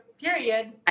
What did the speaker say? period